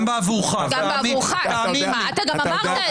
גם אם אתה היית שואל שאלה,